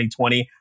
2020